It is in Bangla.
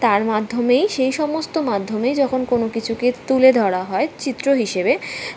তার মাধ্যমেই সেই সমস্ত মাধ্যমেই যখন কোনো কিছুকে তুলে ধরা হয় চিত্র হিসেবে